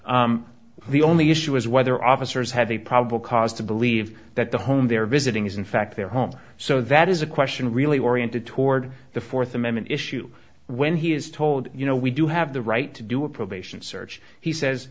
searches the own the issue is whether officers have a probable cause to believe that the home they are visiting is in fact their home so that is a question really oriented toward the fourth amendment issue when he is told you know we do have the right to do a probation search he says